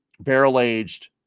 barrel-aged